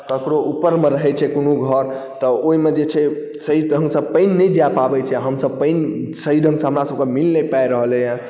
ककरहु ऊपरमे रहैत छै कोनो घर तऽ ओहिमे जे छै सही ढङ्गसँ पानि नहि जा पाबैत छै हमसभ पानि सही ढङ्गसँ हमरा सभकेँ मिल नहि पाबि रहलैए